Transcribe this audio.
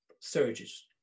surges